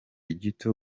gito